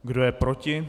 Kdo je proti?